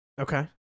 Okay